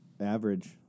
Average